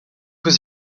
was